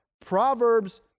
Proverbs